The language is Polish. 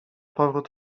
powrót